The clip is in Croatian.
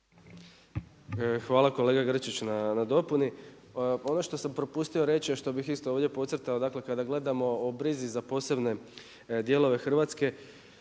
Hvala kolega Grčić na dopuni. Ono što sam propustio reći a što bih isto ovdje podcrtao, dakle kada gledamo o brizi za posebne dijelove Hrvatske